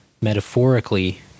metaphorically